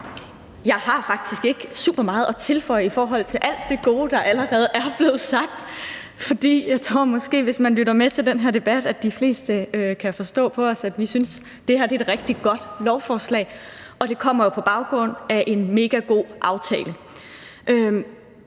Jeg har faktisk ikke super meget at tilføje i forhold til alt det gode, der allerede er blevet sagt. For jeg tror, at de fleste, der lytter med til den her debat, kan forstå på os, at vi synes, det her er et rigtig godt lovforslag, og det kommer jo på baggrund af en mega god aftale.